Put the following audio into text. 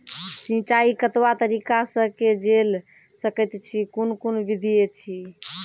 सिंचाई कतवा तरीका सअ के जेल सकैत छी, कून कून विधि ऐछि?